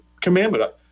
commandment